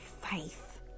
faith